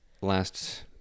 last